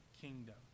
kingdom